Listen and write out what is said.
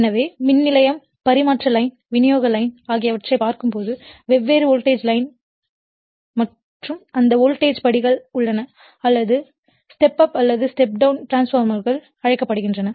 எனவே மின் நிலையம் பரிமாற்றக் லைன் விநியோகக் லைன் ஆகியவற்றைப் பார்க்கும்போது வெவ்வேறு வோல்டேஜ் நிலை மற்றும் அந்த வோல்டேஜ் படிகள் உள்ளன அல்லது ஸ்டெப் அப் அல்லது ஸ்டெப் டௌண் டிரான்ஸ்பார்மர்கள் அழைக்கப்படுகின்றன